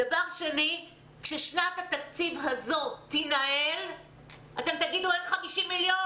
דבר שני כששנת התקציב הזאת תינעל אתם תגידו: אין 50 מיליון,